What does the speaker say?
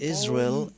Israel